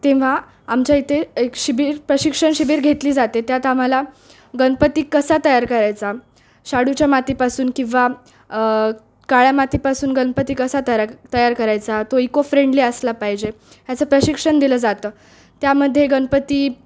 तेव्हा आमच्या इथे एक शिबीर प्रशिक्षण शिबीर घेतली जाते त्यात आम्हाला गणपती कसा तयार करायचा शाडूच्या मातीपासून किंवा काळ्या मातीपासून गणपती कसा तया तयार करायचा तो इको फ्रेंडली असला पाहिजे ह्याचं प्रशिक्षण दिलं जातं त्यामध्ये गणपती